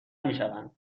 میشوند